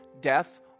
death